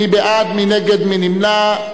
מי בעד, מי נגד, מי נמנע,